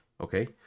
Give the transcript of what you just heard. Okay